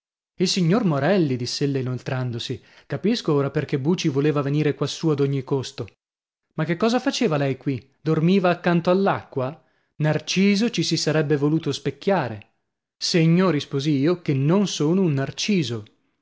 il signor morelli diss'ella inoltrandosi capisco ora perchè buci voleva venire quassù ad ogni costo ma che cosa faceva lei qui dormiva accanto all'acqua narciso ci si sarebbe voluto specchiare segno risposi io che non sono un narciso